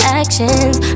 actions